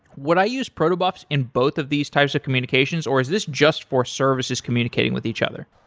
would i use proto buffs in both of these types of communications or is this just for services communicating with each other?